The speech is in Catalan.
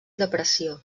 depressió